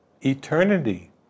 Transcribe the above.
eternity